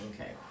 Okay